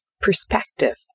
perspective